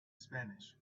spanish